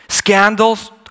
Scandals